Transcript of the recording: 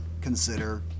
consider